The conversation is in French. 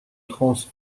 trance